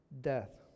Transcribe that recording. death